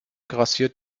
grassiert